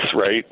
right